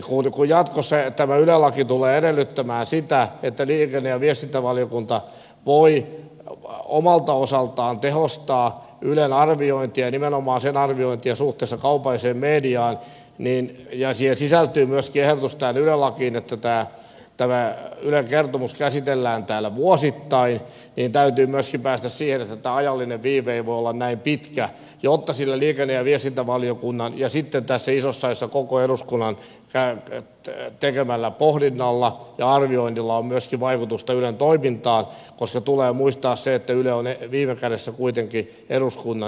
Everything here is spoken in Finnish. kun jatkossa tämä yle laki tulee edellyttämään sitä että liikenne ja viestintävaliokunta voi omalta osaltaan tehostaa ylen arviointia ja nimenomaan sen arviointia suhteessa kaupalliseen mediaan ja siihen sisältyy myöskin ehdotus tähän yle lakiin että ylen kertomus käsitellään täällä vuosittain niin täytyy myöskin päästä siihen että tämä ajallinen viive ei voi olla näin pitkä jotta sillä liikenne ja viestintävaliokunnan ja sitten tässä isossa salissa koko eduskunnan tekemällä pohdinnalla ja arvioinnilla on myöskin vaikutusta ylen toimintaan koska tulee muistaa se että yle on viime kädessä kuitenkin eduskunnan radio